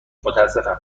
متاسفم